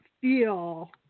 feel